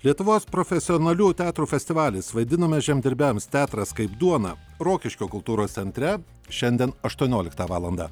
lietuvos profesionalių teatrų festivalis vaidiname žemdirbiams teatras kaip duona rokiškio kultūros centre šiandien aštuonioliktą valandą